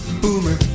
Boomer